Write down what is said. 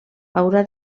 haurà